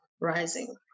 rising